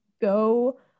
go